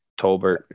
Tolbert